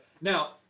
Now